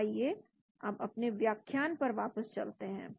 तो आइए अपने व्याख्यान पर वापस चलते हैं